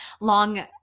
long